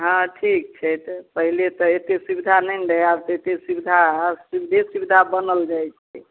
हॅं ठीक छै तऽ पहिले तऽ एते सुबिधा नहि ने रहै आब तऽ एते सुबिधा हइ सुबिधे सुबिधा बनल जाइ छै